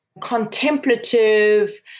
contemplative